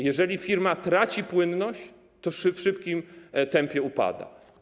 Jeżeli firma traci płynność, to w szybkim tempie upada.